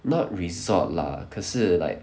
not resort lah 可是 like